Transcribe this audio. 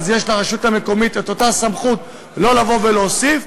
תהיה לרשות המקומית סמכות לא להוסיף.